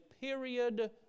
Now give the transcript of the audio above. period